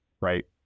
right